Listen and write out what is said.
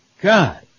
God